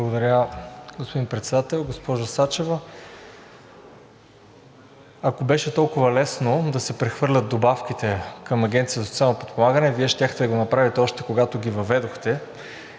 Благодаря. Господин Председател! Госпожо Сачева, ако беше толкова лесно да се прехвърлят добавките към Агенцията за социално подпомагане, Вие щяхте да го направите още когато ги въведохте